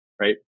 Right